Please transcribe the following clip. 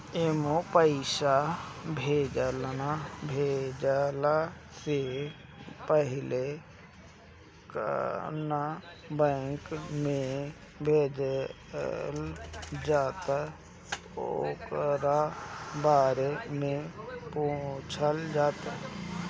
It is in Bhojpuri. एमे पईसा भेजला से पहिले कवना बैंक में भेजल जाता ओकरा बारे में पूछल जाता